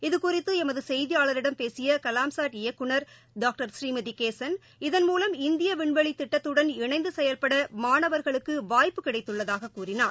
இது குறித்து எமது செய்தியாளரிடம் பேசிய கலாம்சாட் இயக்குநர் டாக்டர் புரீமதி கேசன் இதன் மூலம் இந்திய விண்வெளி திட்டத்துடன் இணைந்து செயல்பட மாணவர்களுக்கு வாய்ப்பு கிடைத்துள்ளதாக கூறினார்